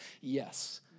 yes